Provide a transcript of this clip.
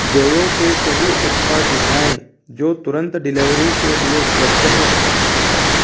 जोयो के सभी उत्पाद दिखाएँ जो तुरंत डिलीवरी के लिए उपलब्ध हैं